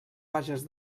vages